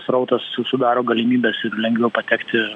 srautas sudaro galimybes ir lengviau patekti